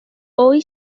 hoy